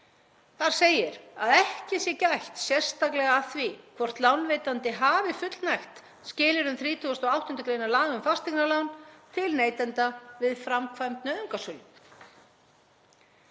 að ekki sé gætt sérstaklega að því hvort lánveitandi hafi fullnægt skilyrðum 38. gr. laga um fasteignalán til neytenda við framkvæmd nauðungarsölu.